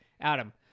Adam